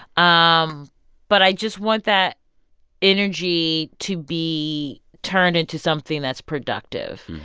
um but i just want that energy to be turned into something that's productive.